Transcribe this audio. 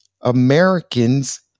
Americans